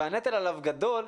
והנטל עליו גדול.